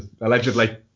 Allegedly